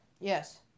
Yes